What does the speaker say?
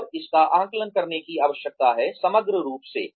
और इसका आकलन करने की आवश्यकता है समग्र रूप से